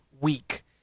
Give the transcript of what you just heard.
week